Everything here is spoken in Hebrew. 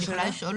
אני רוצה שנספיק,